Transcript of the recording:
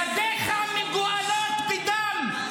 --- ידיך מגואלות בדם.